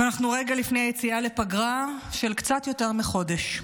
ואנחנו רגע לפני היציאה לפגרה של קצת יותר מחודש.